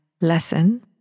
lesson